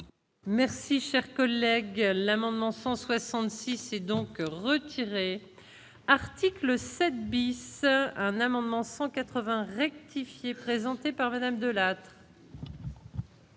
Merci, cher collègue, l'amendement 166 et donc retiré article 7 bis, un amendement 180 rectifié présenté par Madame de la.